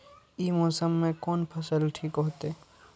ई मौसम में कोन फसल ठीक होते?